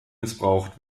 missbraucht